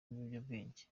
n’ibiyobyabwenge